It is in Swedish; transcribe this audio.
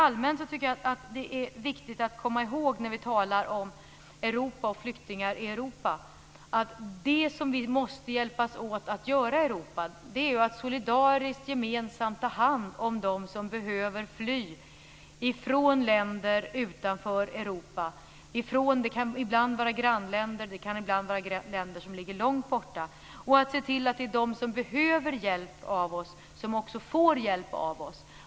Det är allmänt viktigt att komma ihåg när vi talar om flyktingar och Europa, att vi i Europa måste hjälpas åt att solidariskt, gemensamt ta hand om dem som behöver fly från länder utanför Europa. Det kan ibland vara fråga om grannländer, det kan ibland vara länder som ligger långt borta. Vi ska se till att det är de som behöver hjälp av oss som också får hjälp av oss.